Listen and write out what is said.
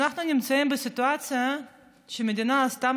אנחנו נמצאים בסיטואציה שהמדינה עשתה